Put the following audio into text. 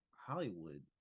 Hollywood